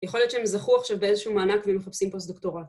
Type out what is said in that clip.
יכול להיות שהם זכו עכשיו באיזשהו מענק והם מחפשים פוסט דוקטורט.